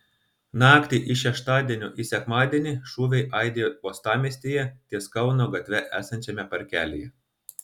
naktį iš šeštadienio į sekmadienį šūviai aidėjo uostamiestyje ties kauno gatve esančiame parkelyje